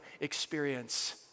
experience